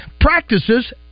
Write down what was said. practices